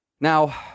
now